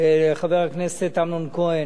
לחבר הכנסת אמנון כהן,